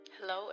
Hello